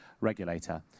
regulator